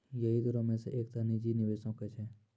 यहि तरहो मे से एक तरह निजी निबेशो के छै